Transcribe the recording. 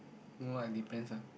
no ah depends ah